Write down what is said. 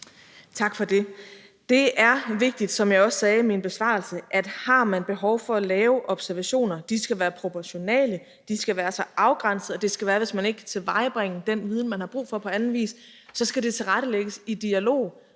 Tak for det. Det er vigtigt, som jeg også sagde i min besvarelse, at har man behov for at lave observationer, skal de være proportionale; de skal være afgrænsede; og det skal være, hvis man ikke kan tilvejebringe den viden, man har brug for, på anden vis. Det skal tilrettelægges i dialog